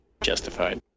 justified